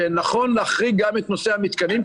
שנכון להחריג גם את נושא המתקנים.